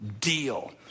deal